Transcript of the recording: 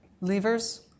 levers